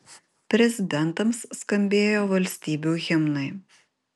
prezidentams skambėjo valstybių himnai